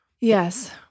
Yes